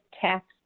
tax